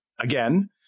again